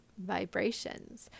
vibrations